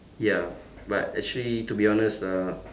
ya but actually to be honest lah